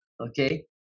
Okay